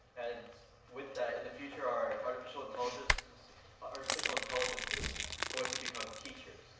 and with that, in the future, are artificial intelligences going to become teachers?